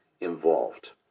involved